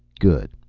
good.